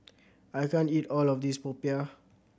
I can't eat all of this popiah